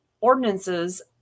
ordinances